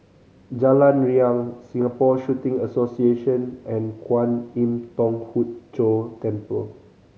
Jalan Riang Singapore Shooting Association and Kwan Im Thong Hood Cho Temple